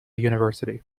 university